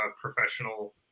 professional